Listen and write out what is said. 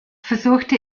versuchte